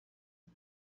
and